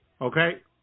Okay